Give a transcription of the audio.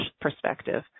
perspective